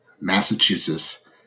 Massachusetts